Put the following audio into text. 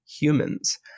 Humans